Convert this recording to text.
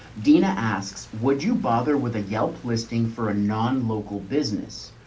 dina asks, would you bother with a yelp listing for a non-local business?